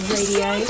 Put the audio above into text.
Radio